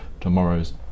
tomorrow's